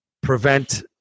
prevent